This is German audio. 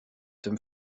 dem